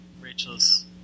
Rachel's